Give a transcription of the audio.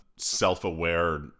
self-aware